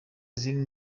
izindi